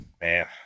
man